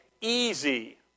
easy